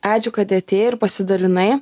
ačiū kad atėjai ir pasidalinai